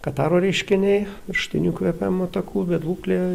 kataro reiškiniai viršutinių kvėpavimo takų bet būklė